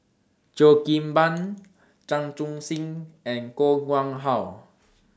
Cheo Kim Ban Chan Chun Sing and Koh Nguang How